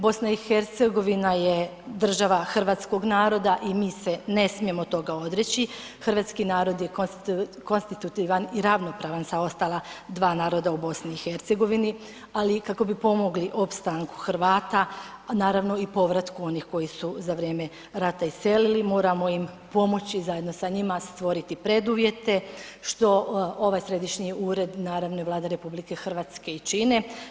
BiH je država hrvatskog naroda i mi se ne smijemo toga odreći, hrvatski narod je konstitutivan i ravnopravan sa ostala dva naroda u BiH, ali kako bi pomogli opstanku Hrvata naravno i povratku onih koji su za vrijeme rata iselili moramo im pomoći i zajedno s njima stvoriti preduvjete što ovaj središnji ured naravno i Vlada RH i čine.